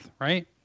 right